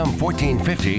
1450